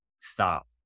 stop